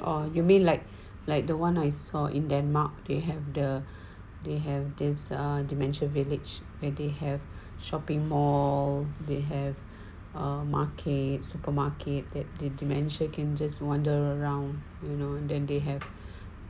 or you mean like like the one I saw in denmark they have the they have this err dementia village where they have shopping mall they have a market supermarket that the dementia can just wander around you know than they have